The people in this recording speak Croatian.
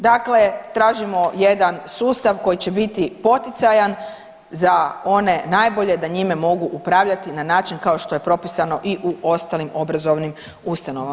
Dakle, tražimo jedan sustav koji će biti poticajan za one najbolje da njime mogu upravljati na način kao što je propisano i u ostalim obrazovnim ustanovama.